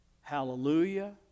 Hallelujah